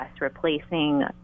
replacing